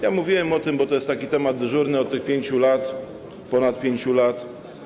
Ja mówiłem o tym, bo to jest taki temat dyżurny od tych 5 lat, ponad 5 lat.